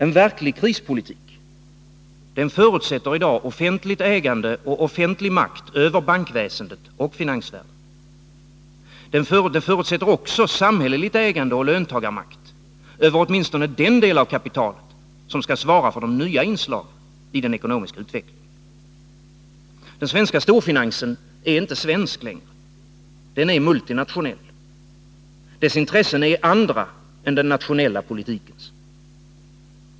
En verklig krispolitik förutsätter i dag offentligt ägande och offentlig makt över bankväsendet och finansvärlden. Den förutsätter också samhälleligt ägande och löntagarmakt över åtminstone den del av kapitalet som skall svara för de nya inslagen i den ekonomiska utvecklingen. Den svenska storfinansen är inte svensk längre. Den är multinationell. Dess intressen är andra än den nationella politikens.